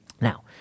Now